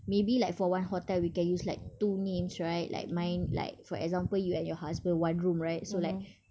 maybe for like one hotel we can use like two names right like mine like for example you and your husband one room right